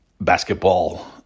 basketball